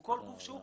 או כל גוף שהוא,